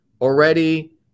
already